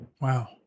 Wow